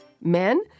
Men